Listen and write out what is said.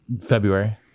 February